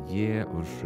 ji už